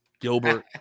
gilbert